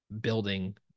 building